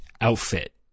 outfit